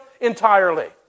entirely